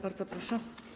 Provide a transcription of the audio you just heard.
Bardzo proszę.